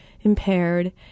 impaired